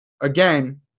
again